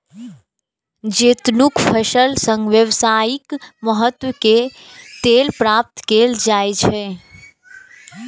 जैतूनक फल सं व्यावसायिक महत्व के तेल प्राप्त कैल जाइ छै